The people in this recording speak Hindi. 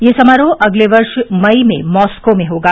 यह समारोह अगले वर्ष मई में मॉस्को में होगा